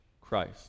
Christ